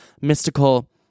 mystical